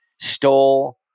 stole